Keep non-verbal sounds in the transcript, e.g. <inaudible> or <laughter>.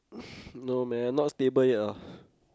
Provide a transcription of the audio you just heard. <breath> no man not stable yet ah